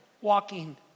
walking